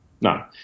No